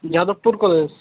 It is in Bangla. যাদবপুর কলেজ